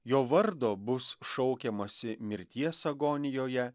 jo vardo bus šaukiamasi mirties agonijoje